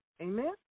Amen